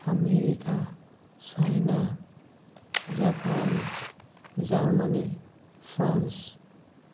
America China Japan Germany France